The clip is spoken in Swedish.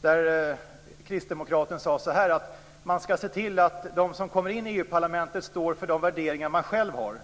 Där sade han att Kristdemokraterna anser att man skall se till att de som kommer in i EU-parlamentet står för de värderingar man själv har.